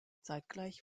zeitgleich